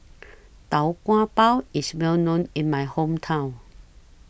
Tau Kwa Pau IS Well known in My Hometown